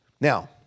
Now